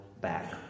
back